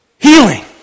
healing